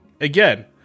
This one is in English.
again